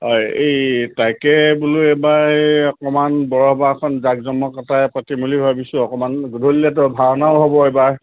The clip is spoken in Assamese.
হয় এই তাকে বোলো এইবাৰ অকণমান বৰসবাহখন জাক জমকতাৰে পাতিম বুলি ভাবিছোঁ অকণমান গধূলিলৈতো ভাওনাও হ'ব এইবাৰ